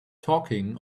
talking